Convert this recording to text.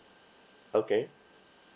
okay